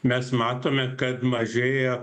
mes matome kad mažėja